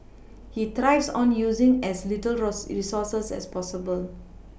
he thrives on using as little resources as possible